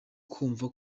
kumva